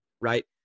right